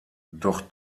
doch